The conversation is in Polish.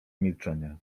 milczenie